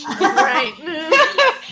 Right